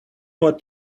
what